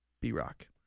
B-Rock